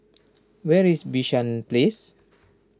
where is Bishan Place